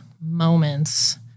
moments